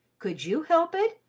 could you help it?